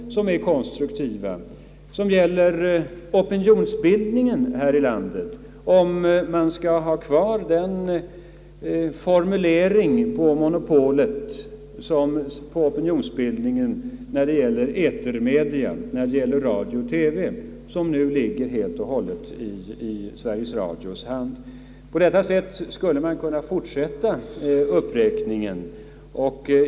Vi har exempelvis frågan om kontrollen av opinionsbildningen i etermedia, radio och TV, som nu helt och hållet ligger i Sveriges Radios hand. På detta sätt skulle jag kunna fortsätta uppräkningen.